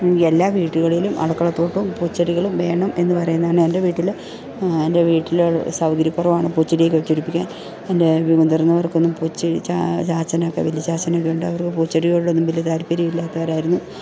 എല്ലാ വീടുകളിലും അടുക്കളത്തോട്ടവും പൂച്ചെടികളും വേണം എന്നു പറയുന്നതാണ് എൻ്റെ വീട്ടിൽ എൻ്റെ വീട്ടിൽ സൗകര്യക്കുറവാണ് പൂച്ചെടിയൊക്കെ വെച്ചുപിടിപ്പിക്കാൻ എൻ്റെ മുതിർന്നവർക്കൊന്നും പൂച്ചെടി ചാച്ഛനൊക്കെ വലിയ ചാച്ഛനൊക്കെയുണ്ട് അവർക്ക് പൂച്ചെടികളിലൊന്നും വലിയ താല്പര്യമില്ലാത്തവരായിരുന്നു